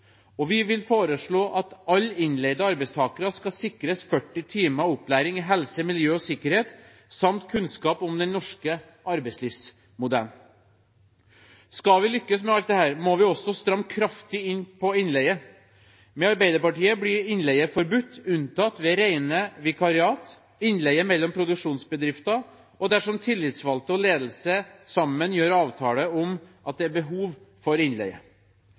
og vi foreslår at alle innleide arbeidstakere skal sikres 40 timer opplæring i helse, miljø og sikkerhet samt kunnskap om den norske arbeidslivsmodellen. Skal vi lykkes med alt dette, må vi også stramme kraftig inn på bruken av innleie. Med Arbeiderpartiet blir innleie forbudt, unntatt ved rene vikariat, ved innleie mellom produksjonsbedrifter og dersom tillitsvalgte og ledelse sammen gjør avtale om at det er behov for innleie.